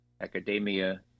academia